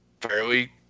fairly